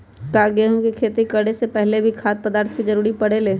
का गेहूं के खेती करे से पहले भी खाद्य पदार्थ के जरूरी परे ले?